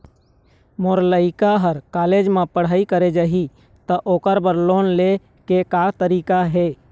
मोर लइका हर कॉलेज म पढ़ई करे जाही, त ओकर बर लोन ले के का तरीका हे?